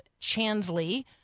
Chansley